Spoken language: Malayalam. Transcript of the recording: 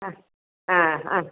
ആ ആ ആ